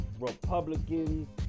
Republicans